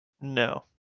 No